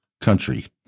country